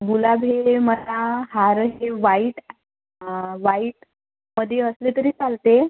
गुलाबी मला हार असे वाईट वाईटमध्ये असले तरी चालतील